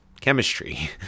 chemistry